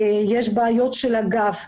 יש בעיות בגב.